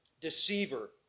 deceiver